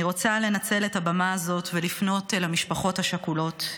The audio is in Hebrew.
אני רוצה לנצל את הבמה הזאת ולפנות אל המשפחות השכולות,